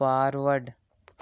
forward